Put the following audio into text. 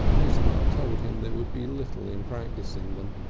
his heart told him there would be little in practising them.